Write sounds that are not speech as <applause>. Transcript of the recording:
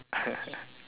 <laughs>